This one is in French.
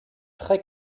très